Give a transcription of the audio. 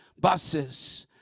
buses